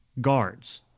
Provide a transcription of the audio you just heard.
guards